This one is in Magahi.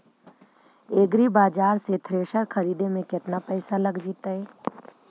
एग्रिबाजार से थ्रेसर खरिदे में केतना पैसा लग जितै?